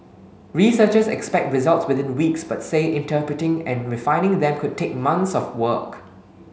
researchers expect results within weeks but say interpreting and refining them could take months of work